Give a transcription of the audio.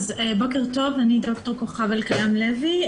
ד"ר כוכב אלקיים לוי,